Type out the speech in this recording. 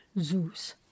Zeus